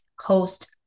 host